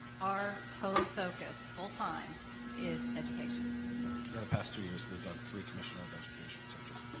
our total focus full-time is education. yeah in the past two years we've done three commissioner of education searches.